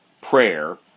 prayer